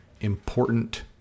important